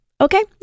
Okay